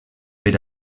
per